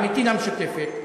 עמיתי למשותפת,